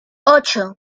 ocho